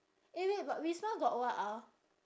eh wait but wisma got what ah